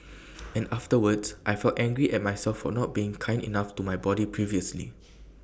and afterwards I felt angry at myself for not being kind enough to my body previously